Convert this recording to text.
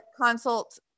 consult